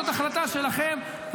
וזאת החלטה שלכם.